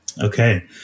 Okay